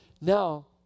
Now